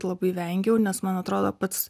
labai vengiau nes man atrodo pats